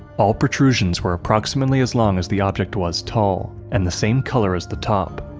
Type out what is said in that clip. all protrusions were approximately as long as the object was tall, and the same color as the top.